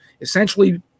essentially